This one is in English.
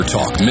Talk